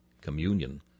communion